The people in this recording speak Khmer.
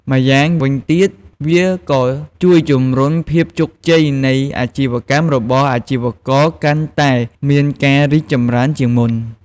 ម្យ៉ាងវិញទៀតវាក៏ជួយជំរុញភាពជោគជ័យនៃអាជីវកម្មរបស់អាជីវករកាន់តែមានការរីកចម្រើនជាងមុន។